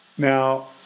Now